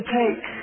take